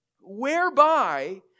whereby